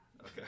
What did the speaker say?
Okay